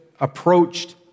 approached